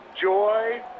joy